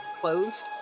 clothes